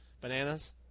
bananas